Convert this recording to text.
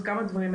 אז כמה דברים,